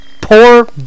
poor